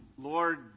Lord